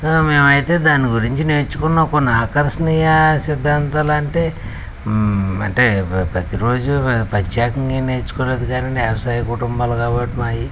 మేమైతే దాని గురించి నేర్చుకున్న కొన్ని ఆకర్షణీయ సిద్ధాంతాలంటే అంటే ప్రతి రోజు ప్రత్యేకంగా ఏమీ నేర్చుకోలేదు కానీ వ్యవసాయ కుటుంబాలు కాబట్టి మాయి